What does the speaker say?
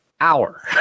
hour